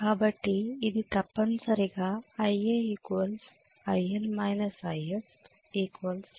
కాబట్టి ఇది తప్పనిసరిగాIa IL − I f 200 − 2